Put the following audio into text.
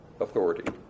authority